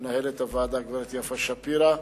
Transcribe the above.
למנהלת הוועדה גברת יפה שפירא,